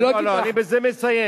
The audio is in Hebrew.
לא לא, אני בזה מסיים.